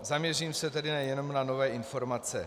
Zaměřím se tedy jenom na nové informace.